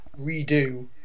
redo